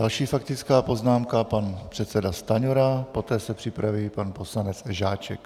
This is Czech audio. Další faktická poznámka pan předseda Stanjura, poté se připraví pan poslanec Žáček.